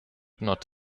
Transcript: not